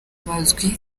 bazwi